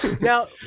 Now